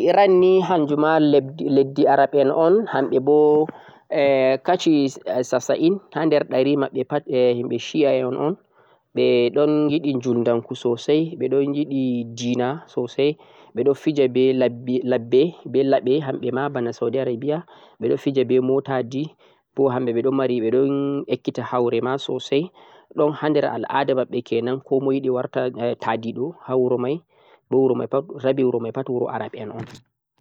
Leddi Iran ni hanjum ma leddi Arab en un hamɓe boe kaci sasa'in ha nder ɗari maɓɓe pat himɓe shi'a en un ɓe ɗon yiɗi juldanku sosai ɓe ɗon yiɗi dina sosai ɓe ɗon fija be labbe be laɓe hamɓe ma bana saudi arebiya ɓe ɗo fija be motaji bo hamɓe ɓe mari ɓe ɗon ekkita haure ma sosai ɗon ha nder al'ada komai yiɗi warta ta'diɗo ha wuro mai bo wuro mai pat rabi wuro mai pat wuro Arab en un.